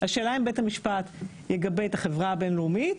השאלה אם בית המשפט יגבה את החברה הבינלאומית,